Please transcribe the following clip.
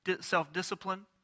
self-discipline